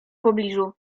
pobliżu